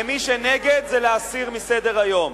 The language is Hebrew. מי שנגד, זה להסיר מסדר-היום.